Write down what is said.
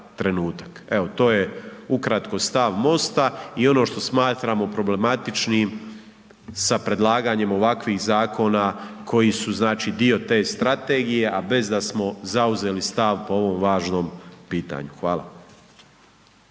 Evo to je ukratko stav MOST-a i ono što smatramo problematičnim sa predlaganjem ovakvih zakon ako ji su znači dio te strategije a bez da smo zauzeli stav po ovom važnom pitanju. Hvala.